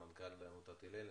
מנכ"ל עמותת הלל,